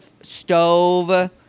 stove